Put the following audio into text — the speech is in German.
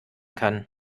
kann